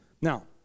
Now